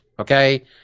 okay